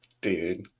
Dude